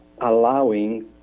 allowing